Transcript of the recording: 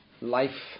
life